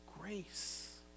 grace